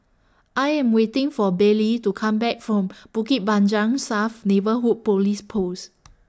I Am waiting For Baylie to Come Back from Bukit Panjang South Neighbourhood Police Post